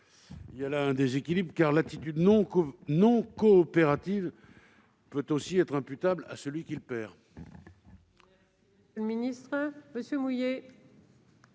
Il y a là un déséquilibre, car l'attitude non coopérative peut aussi être imputable à celui qui le perd.